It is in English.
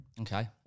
okay